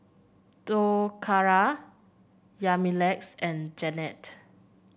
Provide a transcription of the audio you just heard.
Toccara Yamilex and Jennette